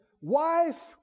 wife